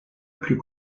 plus